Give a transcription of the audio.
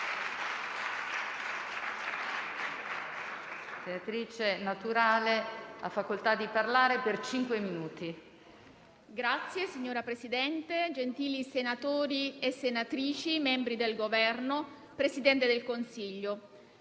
*(M5S)*. Signora Presidente, gentili senatori e senatrici, membri del Governo, Presidente del Consiglio,